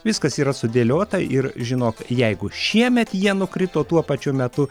viskas yra sudėliota ir žinok jeigu šiemet jie nukrito tuo pačiu metu